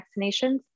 vaccinations